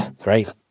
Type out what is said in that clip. Great